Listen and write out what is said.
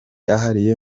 ahari